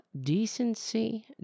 decency